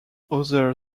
other